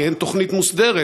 כי אין תוכנית מוסדרת,